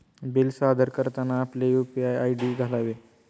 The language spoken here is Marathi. बिल सादर करताना आपले यू.पी.आय आय.डी घालावे